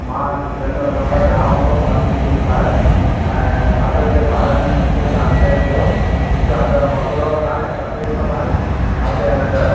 मां पंहिंजो नम्बर ॾियांव थो वन टू थ्री फाइव ऐं खाते जे बारे में मूंखे जानकारी ॾियो कुझु अंदरि मसिलो त कोन्हे तकलीफ़ु त कोन्हे खाते जे अंदरि